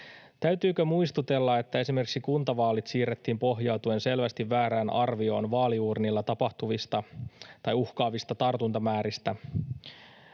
Täytyykö muistutella, että esimerkiksi kuntavaalit siirrettiin pohjautuen selvästi väärään arvioon vaaliuurnilla tapahtuvista tai uhkaavista tartuntamääristä?